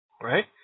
Right